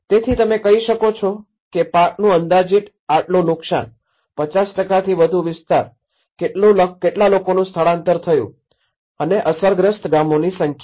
તેથી તમે કહી શકો છો કે પાકનું અંદાજીત આટલું નુકસાન ૫૦ થી વધુ વિસ્તાર કેટલા લોકોનું સ્થળાંતર થયું અસરગ્રસ્ત ગામોની સંખ્યા